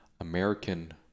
american